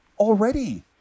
Already